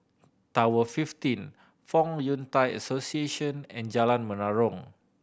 Tower fifteen Fong Yun Thai Association and Jalan Menarong